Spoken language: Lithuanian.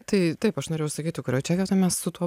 tai taip aš norėjau sakyti kurioj čia vietoj mes su tuo